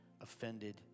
offended